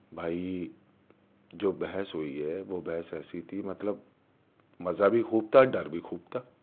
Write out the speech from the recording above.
بھائی جو بحث ہوئی ہے وہ بحث ایسی تھی مطلب مزہ بھی خوب تھا ڈر بھی خوب تھا